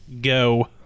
go